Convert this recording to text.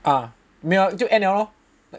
ah 没有就 end lor